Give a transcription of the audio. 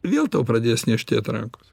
vėl tau pradės niežtėt rankos